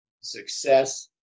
success